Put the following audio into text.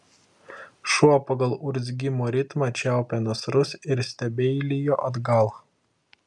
šuo pagal urzgimo ritmą čiaupė nasrus ir stebeilijo atgal